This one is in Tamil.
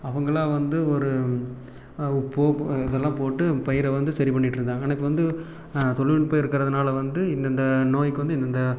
அவங்களாம் வந்து ஒரு ஒரு போ இதெல்லாம் போட்டு பயிரை வந்து சரி பண்ணிகிட்ருந்தாங்க ஆனால் இப்போ வந்து தொழில்நுட்பம் இருக்கிறதுனால வந்து இந்தந்த நோய்க்கு வந்து இந்தந்த